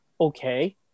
okay